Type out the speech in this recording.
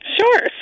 Sure